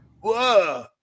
Whoa